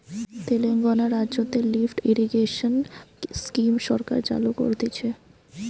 তেলেঙ্গানা রাজ্যতে lift irrigation scheme সরকার চালু করতিছে